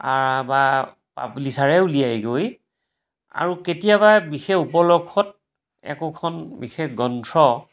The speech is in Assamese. বা পাব্লিচাৰে উলিয়াইগৈ আৰু কেতিয়াবা বিশেষ উপলক্ষত একোখন বিশেষ গ্ৰন্থ